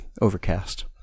overcast